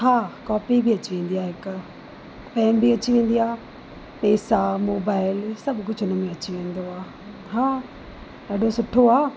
हा कॉपी बि अची वेंदी आहे हिकु पैन बि अची वेंदी आहे पेसा मोबाइल सभु कुझु हुनमें अची वेंदो आहे हा ॾाढो सुठो आहे